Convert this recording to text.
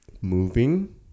moving